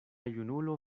junulo